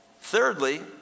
Thirdly